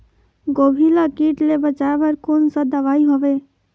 गोभी ल कीट ले बचाय बर कोन सा दवाई हवे?